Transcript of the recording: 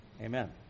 Amen